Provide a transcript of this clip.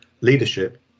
leadership